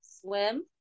swim